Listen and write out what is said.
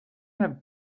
have